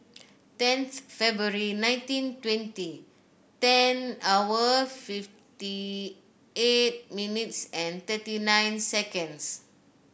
ten February nineteen twenty ten hour fifty eight minutes and thirty nine seconds